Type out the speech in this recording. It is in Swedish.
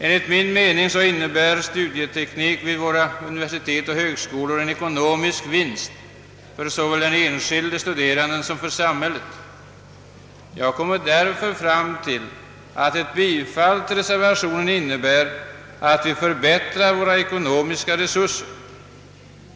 Enligt min mening innebär ökad undervisning i studieteknik vid våra universitet och högskolor en ekonomisk vinst för såväl den enskilde studeranden som för samhället. Jag kommer därför fram till att ett bifall till reservationen innebär att vi förbättrar våra ekonomiska resurser.